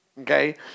Okay